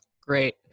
Great